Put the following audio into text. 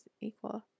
equal